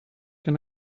can